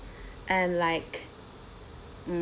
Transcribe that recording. and like um